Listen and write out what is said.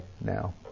now